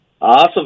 Awesome